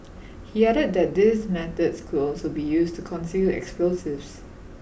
he added that these methods could also be used to conceal explosives